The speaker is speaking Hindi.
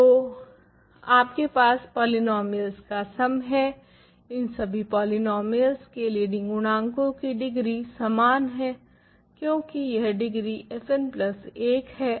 तो आपके पास पोलिनोमियल्स का सम है इन सभी पोलिनोमियल्स के लीडिंग गुणांकों की डिग्री समान है क्यूंकी यह डिग्री fn प्लस 1 है